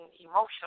emotional